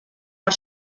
per